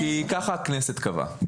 כי ככה הכנסת קבעה.